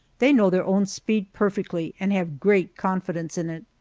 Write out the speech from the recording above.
they know their own speed perfectly and have great confidence in it.